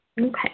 Okay